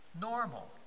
normal